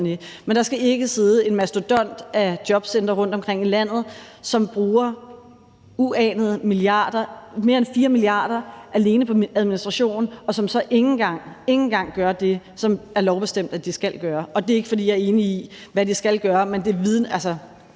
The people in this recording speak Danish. Men der skal ikke sidde en mastodont i form af jobcentre rundtomkring i landet, som bruger uanede summer, mere end 4 milliarder, alene på administration, og som så ikke engang gør det, som det er lovbestemt de skal gøre. Det er ikke, fordi jeg er enig i, hvad de skal gøre, men som ordføreren